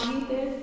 आनी ते